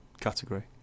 category